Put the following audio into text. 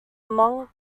among